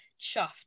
chuffed